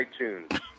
iTunes